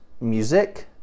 music